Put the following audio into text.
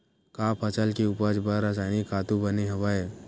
का फसल के उपज बर रासायनिक खातु बने हवय?